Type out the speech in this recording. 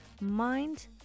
Mind